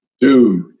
Dude